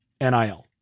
NIL